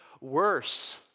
worse